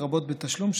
לרבות בתשלום,